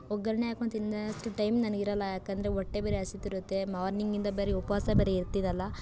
ಒಗ್ಗರಣೆ ಹಾಕ್ಕೊಂಡು ತಿನ್ನೋಷ್ಟು ಟೈಮ್ ನನಗಿರಲ್ಲ ಯಾಕಂದರೆ ಹೊಟ್ಟೆ ಬೇರೆ ಹಸೀತಿರುತ್ತೆ ಮಾರ್ನಿಂಗಿಂದ ಬೇರೆ ಉಪವಾಸ ಬೇರೆ ಇರ್ತೀರಲ್ಲ